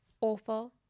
awful